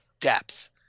depth